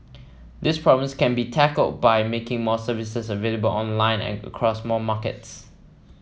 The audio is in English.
these problems can be tackled by making more services available online and across more markets